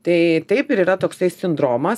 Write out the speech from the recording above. tai taip ir yra toksai sindromas